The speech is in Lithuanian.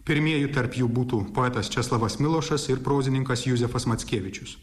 pirmieji tarp jų būtų poetas česlovas milošas ir prozininkas juzefas mackevičius